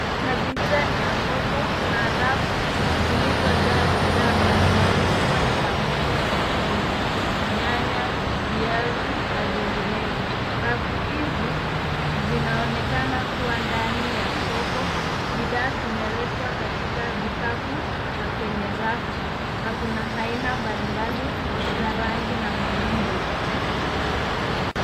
Mazingira ni ya soko. Kuna rafu zilizojaa bidhaa mbalimbali ikiwa ni pamoja na kitunguu, nyanya, viazi na vinginevyo. Rafu hizi zinaonekana kuwa ndani ya soko, bidhaa zimewekwa katika vikapu na kwenye rafu. Na kuna aina mbalimbali za rangi na maumbo.